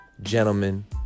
gentlemen